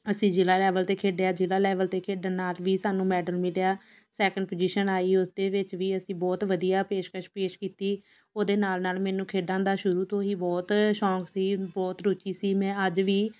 ਅਸੀਂ ਜ਼ਿਲ੍ਹਾ ਲੈਵਲ 'ਤੇ ਖੇਡਿਆ ਜ਼ਿਲ੍ਹਾ ਲੈਵਲ 'ਤੇ ਖੇਡਣ ਨਾਲ ਵੀ ਸਾਨੂੰ ਮੈਡਲ ਮਿਲਿਆ ਸੈਕਿੰਡ ਪੋਜੀਸ਼ਨ ਆਈ ਉਸਦੇ ਵਿੱਚ ਵੀ ਅਸੀਂ ਬਹੁਤ ਵਧੀਆ ਪੇਸ਼ਕਸ਼ ਪੇਸ਼ ਕੀਤੀ ਉਹਦੇ ਨਾਲ ਨਾਲ ਮੈਨੂੰ ਖੇਡਾਂ ਦਾ ਸ਼ੁਰੂ ਤੋਂ ਹੀ ਬਹੁਤ ਸ਼ੌਂਕ ਸੀ ਬਹੁਤ ਰੁਚੀ ਸੀ ਮੈਂ ਅੱਜ ਵੀ